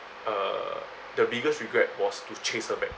uh the biggest regret was to chase her back